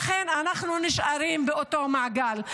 לכן אנחנו נשארים באותו מעגל.